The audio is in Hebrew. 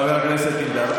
חבר הכנסת פינדרוס.